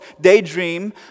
daydream